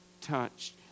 touched